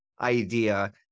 idea